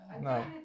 No